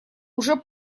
уже